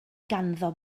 ganddo